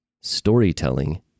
storytelling